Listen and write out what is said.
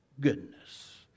goodness